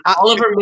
Oliver